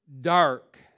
dark